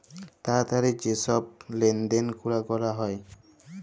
তাড়াতাড়ি যে ছব লেলদেল গুলা ক্যরা হ্যয়